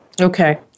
Okay